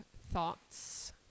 thoughts